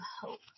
hope